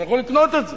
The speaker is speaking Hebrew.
שאני יכול לקנות את זה,